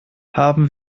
haben